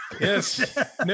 Yes